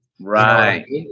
Right